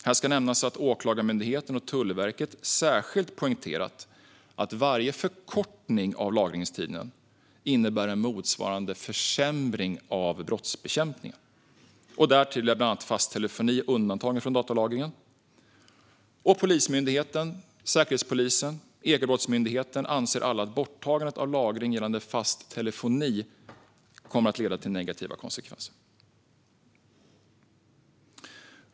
Här ska nämnas att Åklagarmyndigheten och Tullverket särskilt poängterat att varje förkortning av lagringstiden innebär en motsvarande försämring av brottsbekämpningen. Därtill är bland annat fast telefoni undantagen från datalagringen. Polismyndigheten, Säkerhetspolisen och Ekobrottsmyndigheten anser alla att borttagandet av lagring gällande fast telefoni kommer att leda till negativa konsekvenser.